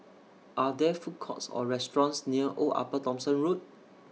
Are There Food Courts Or restaurants near Old Upper Thomson Road